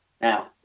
Now